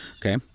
okay